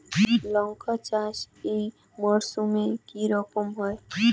লঙ্কা চাষ এই মরসুমে কি রকম হয়?